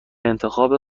انتخاب